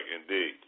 indeed